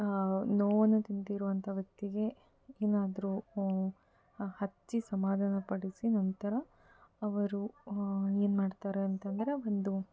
ನೋವನ್ನು ತಿಂದಿರುವಂತ ವ್ಯಕ್ತಿಗೆ ಏನಾದರೂ ಹಚ್ಚಿ ಸಮಾಧಾನಪಡಿಸಿ ನಂತರ ಅವರು ಏನು ಮಾಡ್ತಾರೆ ಅಂತಂದರೆ ಒಂದು